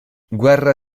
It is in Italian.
guerra